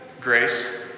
grace